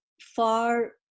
far